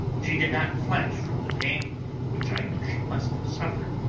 she did not flinch from the pain which i knew she must have suffered,